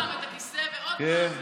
עוד פעם את הכיסא ועוד פעם,